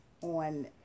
on